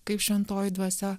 kaip šventoji dvasia